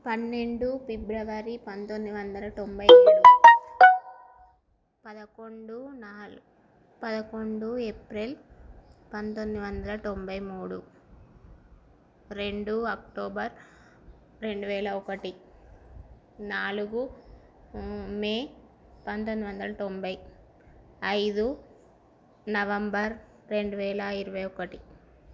పన్నెండు ఫిబ్రవరి పంతొమ్మిది వందల తొంభై రెండు పదకొండు నాలుగు పదకొండు ఏప్రిల్ పంతొమ్మిది వందల తొంభై మూడు రెండు అక్టోబర్ రెండు వేల ఒకటి నాలుగు మే పంతొమ్మిది వందల తొంభై ఐదు నవంబర్ రెండు వేల ఇరవై ఒకటి